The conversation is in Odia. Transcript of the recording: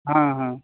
ହଁ ହଁ